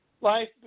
life